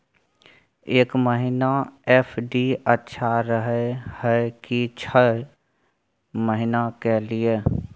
एक महीना एफ.डी अच्छा रहय हय की छः महीना के लिए?